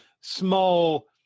Small